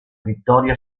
vittoria